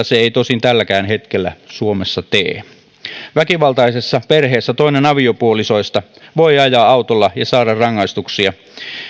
se ei tosin tälläkään hetkellä suomessa tee väkivaltaisessa perheessä toinen aviopuolisoista voi ajaa autolla ja saada rangaistuksia